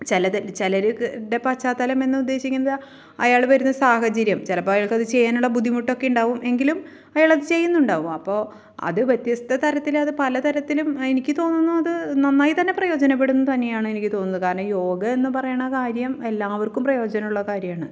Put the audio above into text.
ചിലതുണ്ട് ചിലർക്ക് ടെ പശ്ചാത്തലം എന്നു ഉദ്ദേശിക്കുന്നത് അയാൾ വരുന്ന സാഹചര്യം ചിലപ്പോൾ അയാൾക്ക് അതു ചെയ്യാനുള്ള ബുദ്ധിമുട്ടൊക്കെ ഉണ്ടാകും എങ്കിലും അയാളത് ചെയ്യുന്നുണ്ടാകും അപ്പോൾ അതു വ്യത്യസ്ഥ തരത്തിൽ അതു പല തരത്തിലും എനിക്കു തോന്നുന്നു അതു നന്നായിത്തന്നെ പ്രയോജനപ്പെടുമെന്നു തന്നെയാണ് എനിക്കു തോന്നുന്നത് കാരണം യോഗാ എന്നു പറയണ കാര്യം എല്ലാവർക്കും പ്രയോജനമുള്ള കാര്യമാണ്